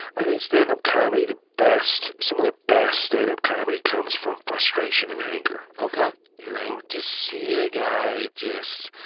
i think stand-up comedy, the best some of the best stand-up comedy comes from frustration and anger ok you know, just seeing a guy just,